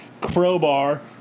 Crowbar